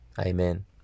Amen